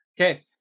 Okay